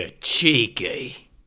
cheeky